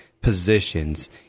positions